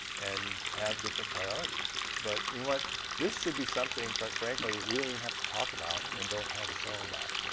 and have different priorities. but you know but this should be something quite frankly, we don't even have to talk about and don't have a show about.